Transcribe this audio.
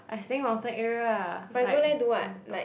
I staying mountain area lah like on top